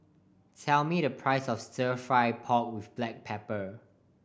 tell me the price of Stir Fry pork with black pepper